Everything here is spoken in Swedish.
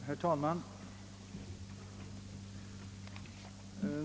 Herr talman!